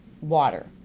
water